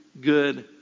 good